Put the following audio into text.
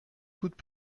toutes